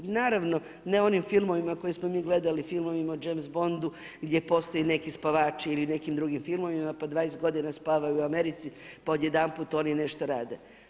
Naravno ne u onim filmovima koje smo mi gledali, filmovima o James Bondu gdje postoje neki spavači ili nekim drugim filmovima pa 20 godina spavaju u Americi pa odjedanput oni nešto rade.